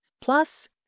plus